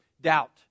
Doubt